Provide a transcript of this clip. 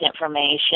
information